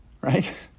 Right